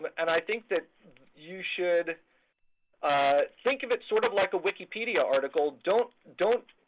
but and i think that you should think of it sort of like a wikipedia article. don't don't